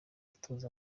gutoza